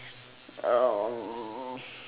um